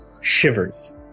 shivers